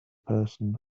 person